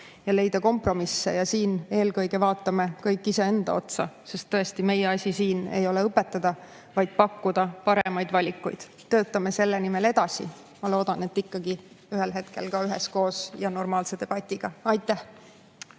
ja leida kompromisse. Ja siin eelkõige vaatame kõik iseenda otsa, sest tõesti, meie asi siin ei ole õpetada, vaid pakkuda paremaid valikuid. Töötame selle nimel edasi – ma loodan, et ühel hetkel ikkagi ka üheskoos ja normaalse debatiga! Aitäh!